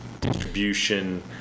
distribution